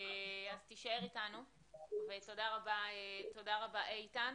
אז תישאר אתנו ותודה רבה איתן.